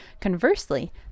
Conversely